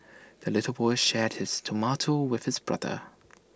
the little boy shared his tomato with his brother